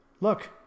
Look